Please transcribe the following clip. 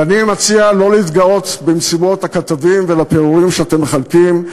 ואני מציע לא להתגאות במסיבות הכתבים ובפירורים שאתם מחלקים.